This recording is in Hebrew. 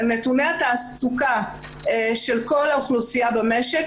נתוני התעסוקה של כל האוכלוסייה במשק,